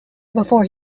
before